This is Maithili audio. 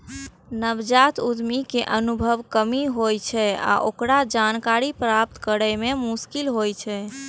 नवजात उद्यमी कें अनुभवक कमी होइ छै आ ओकरा जानकारी प्राप्त करै मे मोश्किल होइ छै